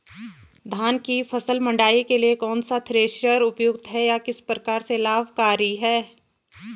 धान की फसल मड़ाई के लिए कौन सा थ्रेशर उपयुक्त है यह किस प्रकार से लाभकारी है?